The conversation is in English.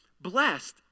blessed